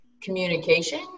communication